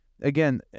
again